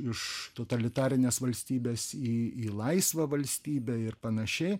iš totalitarinės valstybės į į laisvą valstybę ir panašiai